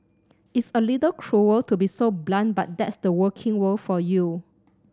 it's a little cruel to be so blunt but that's the working world for you